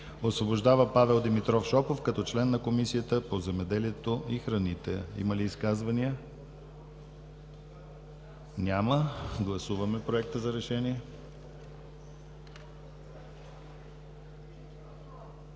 Освобождава Павел Димитров Шопов като член на Комисията по земеделието и храните.“ Има ли изказвания? Няма. Гласуваме Проекта за решение.